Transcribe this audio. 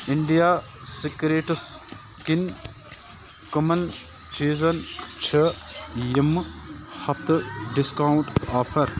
India secrets کِنۍ کٕمَن چیٖزن چھِ یِمہٕ ہفتہٕ ڈِسکاوُنٛٹ آفر